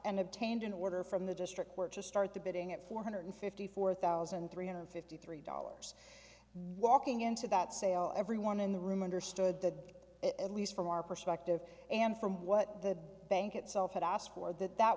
and obtained an order from the district court to start the bidding at four hundred fifty four thousand three hundred fifty three dollars walking into that sale everyone in the room understood that at least from our perspective and from what the bank itself had asked for that that